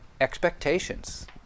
expectations